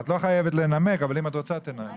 את לא חייבת לנמק אבל אם רוצה, תנמקי.